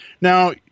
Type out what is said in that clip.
Now